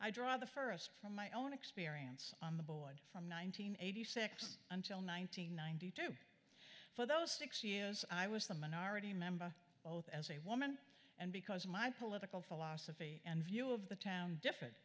i draw the first from my own experience on the boy from nine hundred eighty six until nine hundred ninety two for those six years i was the minority member both as a woman and because of my political philosophy and view of the town different